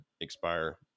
expire